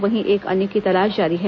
वहीं एक अन्य की तलाश जारी है